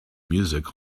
music